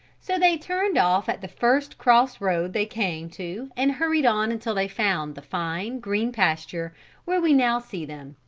so they turned off at the first cross-road they came to and hurried on until they found the fine, green pasture where we now see them.